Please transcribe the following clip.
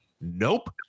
nope